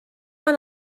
man